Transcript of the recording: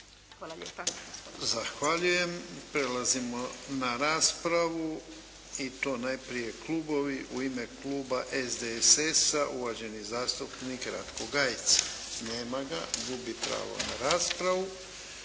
Ivan (HDZ)** Zahvaljujem. Prelazimo na raspravu. Najprije klubovi. U ime kluba SDSS-a uvaženi zastupnik Ratko Gajica. Nema ga. Gubi pravo na raspravu.